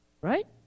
right